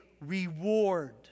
reward